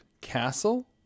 castle